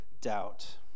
doubt